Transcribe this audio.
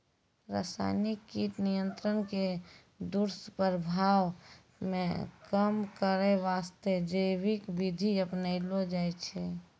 रासायनिक कीट नियंत्रण के दुस्प्रभाव कॅ कम करै वास्तॅ जैविक विधि अपनैलो जाय छै